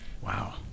Wow